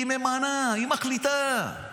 היא ממנה, היא מחליטה.